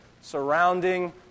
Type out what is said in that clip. surrounding